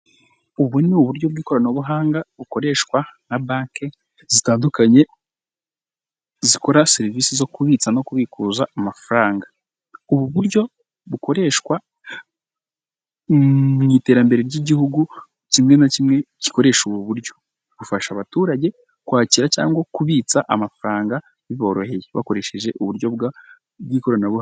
Ubu ni uburyo bw'ikoranabuhanga bukoreshwa na banki zitandukanye zikora serivisi zo kubitsa no kubikuza amafaranga ubu buryo bukoreshwa mu iterambere ry'igihugu kimwe na kimwe gikoresha ubu buryo bufasha abaturage kwakira cyangwa kubitsa amafaranga biboroheye bakoresheje uburyo bw'ikoranabuhanga.